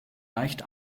leicht